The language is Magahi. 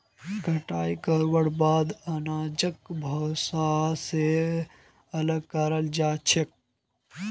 कटाई करवार बाद अनाजक भूसा स अलग कराल जा छेक